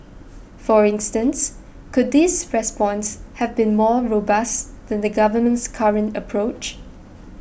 for instance could this response have been more robust than the government's current approach